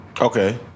Okay